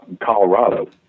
Colorado